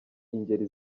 ingeri